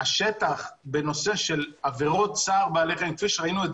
שהשטח בנושא של עבירות צער בעלי חיים ---.